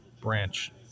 Branch